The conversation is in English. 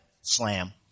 slam